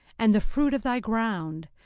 and the fruit of thy ground,